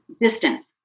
distant